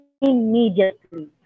immediately